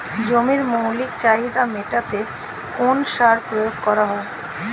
জমির মৌলিক চাহিদা মেটাতে কোন সার প্রয়োগ করা হয়?